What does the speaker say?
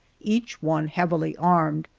each one heavily armed.